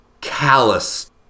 callous